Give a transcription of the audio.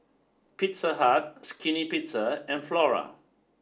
Pizza Hut Skinny Pizza and Flora